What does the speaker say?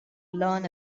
learn